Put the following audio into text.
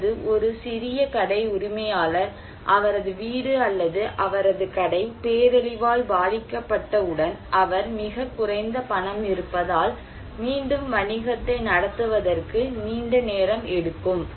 அல்லது ஒரு சிறிய கடை உரிமையாளர் அவரது வீடு அல்லது அவரது கடை பேரழிவால் பாதிக்கப்பட்டவுடன் அவர் மிகக் குறைந்த பணம் இருப்பதால் மீண்டும் வணிகத்தை நடத்துவதற்கு நீண்ட நேரம் எடுக்கும்